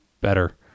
better